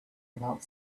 without